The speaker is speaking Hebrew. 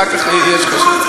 ואחר כך יש לך אפשרות,